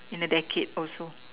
in a decade also